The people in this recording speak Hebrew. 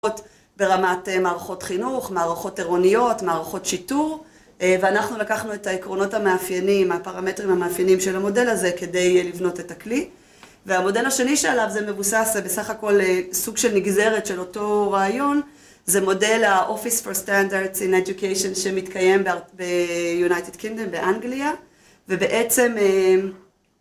ברמת מערכות חינוך, מערכות עירוניות, מערכות שיטור, ואנחנו לקחנו את העקרונות המאפיינים, הפרמטרים המאפיינים של המודל הזה, כדי לבנות את הכלי. והמודל השני שעליו זה מבוסס זה בסך הכל סוג של נגזרת של אותו רעיון, זה מודל ה-Office for Standards in Education שמתקיים ב-United Kingdom, באנגליה, ובעצם